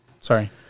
Sorry